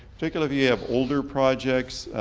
particularly if you have older projects,